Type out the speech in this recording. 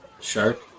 shark